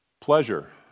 Pleasure